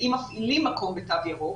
אם מפעילים בתו ירוק,